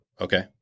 Okay